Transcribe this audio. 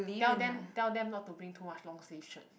tell them tell them not to bring too much long sleeve shirt